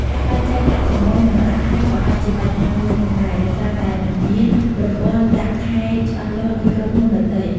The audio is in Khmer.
ការបែងចែក ប្រាក់ចំណូល និងប្រាក់ខែក៏អាចជាបញ្ហាមួយផងដែរ ដោយសារតែមិនមានប្រព័ន្ធប្រាក់ខែច្បាស់លាស់ដូចក្រុមហ៊ុនដទៃ។